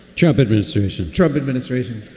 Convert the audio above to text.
trump administration, trump administration